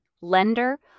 lender